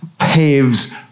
paves